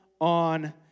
on